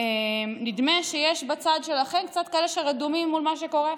נדמה שיש בצד שלכם כאלה שקצת רדומים מול מה שקורה.